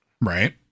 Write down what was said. Right